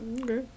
okay